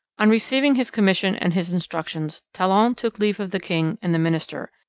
on receiving his commission and his instructions, talon took leave of the king and the minister,